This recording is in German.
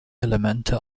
elemente